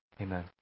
Amen